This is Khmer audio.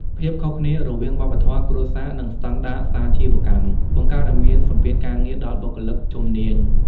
ភាពខុសគ្នារវាង "វប្បធម៌គ្រួសារ" និង "ស្ដង់ដារសាជីវកម្ម" បង្កើតឱ្យមានសម្ពាធការងារដល់បុគ្គលិកជំនាញ។